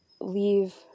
leave